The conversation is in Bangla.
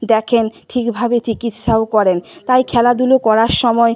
দেখেন ঠিকভাবে চিকিৎসাও করেন তাই খেলাধুলো করার সময়